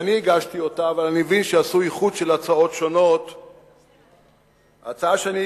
חבר הכנסת חיים אורון, הצעה רגילה,